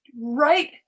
right